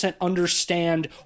understand